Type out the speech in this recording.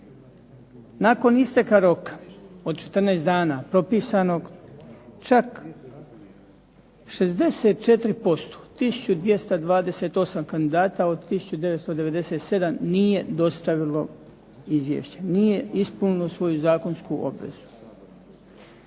Nakon isteka roka od 14 dana propisanog čak 64%, 1228 kandidata od 1997 nije dostavilo izvješće. Nije ispunilo svoju zakonsku obvezu.